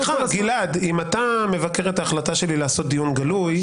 גלעד, אם אתה מבקר את ההחלטה שלי לעשות דיון גלוי.